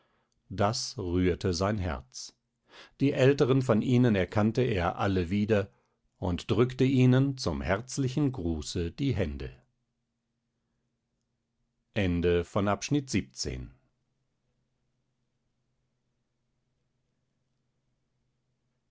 das rührte sein herz die älteren von ihnen erkannte er alle wieder und drückte ihnen zum herzlichen gruße die hände